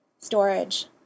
storage